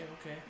okay